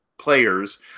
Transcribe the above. players